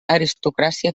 aristocràcia